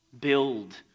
Build